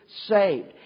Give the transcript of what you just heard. saved